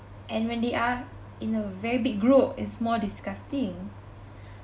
and when they are in a very big group it's more disgusting